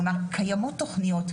כלומר קיימות תכניות,